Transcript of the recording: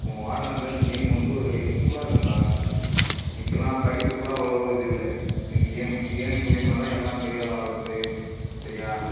உங்கள் வாழ்நாளில் இந்த கேம் வந்து ஒரு ஹெல்ப்ஃபுல்லாக இருக்கும்டா இப்போல்லாம் படிப்பு கூட அவ்வளோவா இது இல்லை இந்த கேம் கேம் மூலயமா தான் எல்லாம் பெரிய ஆள் ஆவறது சரியா